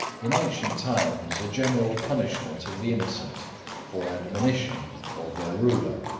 in ancient times a general punishment of the innocent for admonition of their ruler,